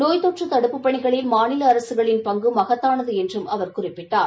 நோய் தொற்று தடுப்புப் பணியில் மாநில அரசுகளின் பங்கு மகத்தானது என்றும் அவர் குறிப்பிட்டார்